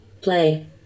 Play